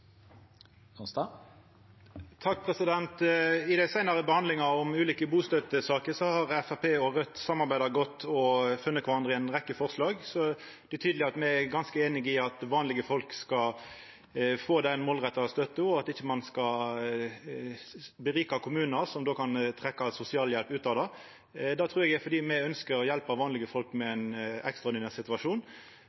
dei seinare behandlingane om ulike saker om bustøtte har Framstegspartiet og Raudt samarbeidd godt og funne kvarandre i ei rekkje forslag, så det er tydeleg at me er ganske einige om at vanlege folk skal få den målretta støtta – at ein ikkje skal gjera kommunar rike, som då kan trekkja sosialhjelp ut av det. Det trur eg er fordi me ønskjer å hjelpa vanlege folk